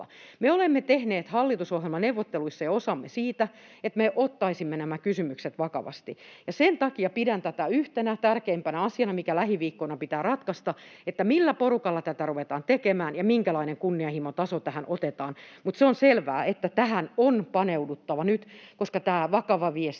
Me olemme tehneet hallitusohjelmaneuvotteluissa jo osamme siitä, että me ottaisimme nämä kysymykset vakavasti. Sen takia pidän yhtenä tärkeimpänä asiana, mikä lähiviikkoina pitää ratkaista, että millä porukalla tätä ruvetaan tekemään ja minkälainen kunnianhimon taso tähän otetaan. Mutta se on selvää, että tähän on paneuduttava nyt. Koska tämä vakava viesti